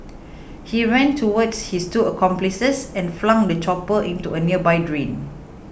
he ran towards his two accomplices and flung the chopper into a nearby drain